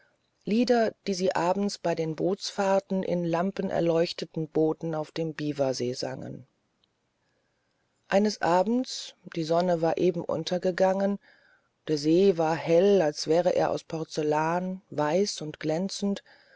lieder die sie abends bei den bootfahrten in lampenerleuchteten booten auf dem biwasee sangen eines abends die sonne war eben untergegangen der see war hell als wäre er aus porzellan weiß und glänzend